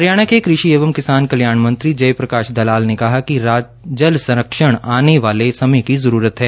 हरियाणा के कृषि एवं किसान कल्याण मंत्री जय प्रकाश दलाल ने कहा कि जल संरक्षण आने वाले समय की जरूरत है